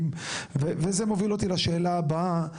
וזה מוביל אותי לשאלה הבאה.